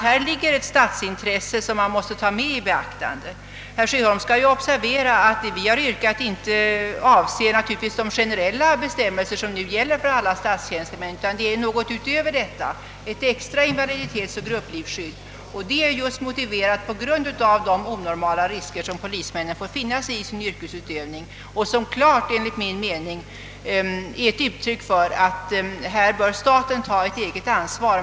Här finns ett statsintresse, som man måste ta i beaktande. Herr Sjöholm skall observera att vad vi har yrkat inte avser de generella bestämmelser, som nu gäller för alla statstjänstemän, utan någonting utöver detta, ett extra invaliditetsoch grupplivskydd. Det är just motiverat av de onormala risker som polismännen får finna sig i sin yrkesutövning. Enligt min mening är det klart att staten här bör ta ett eget ansvar.